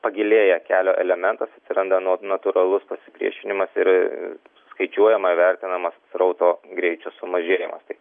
pagilėja kelio elementas atsiranda na natūralus pasipriešinimas ir skaičiuojama vertinamas srauto greičio sumažėjimas tai